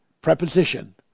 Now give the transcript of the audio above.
preposition